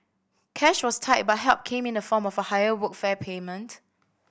cash was tight but help came in the form of a higher Workfare payment